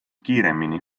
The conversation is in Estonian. kiiremini